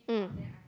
mm